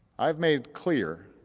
i've made clear,